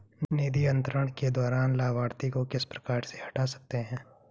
निधि अंतरण के दौरान लाभार्थी को किस प्रकार से हटा सकते हैं?